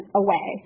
away